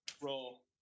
roll